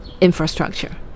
infrastructure